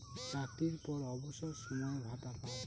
চাকরির পর অবসর সময়ে ভাতা পায়